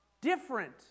different